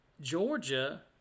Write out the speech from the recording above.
Georgia